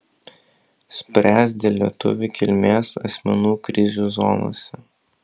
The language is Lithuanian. spręs dėl lietuvių kilmės asmenų krizių zonose